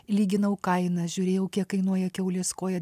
lyginau kainas žiūrėjau kiek kainuoja kiaulės koja